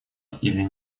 или